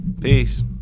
Peace